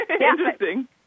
interesting